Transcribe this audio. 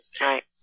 right